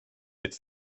its